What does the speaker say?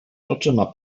oczyma